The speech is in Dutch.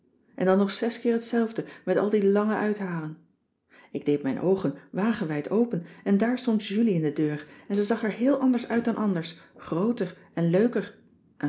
en dan nog zes keer hetzelfde met al die lange uithalen ik deed mijn oogen wagenwijd open en daar stond julie in de deur en ze zag er heel anders uit dan anders grooter en leuker